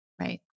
right